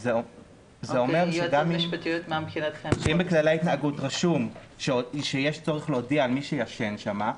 זה אומר שאם בכללי ההתנהגות רשום שיש צורך להודיע על מי שישן שם,